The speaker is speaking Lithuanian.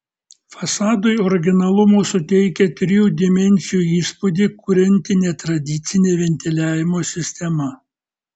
fasadui originalumo suteikia trijų dimensijų įspūdį kurianti netradicinė ventiliavimo sistema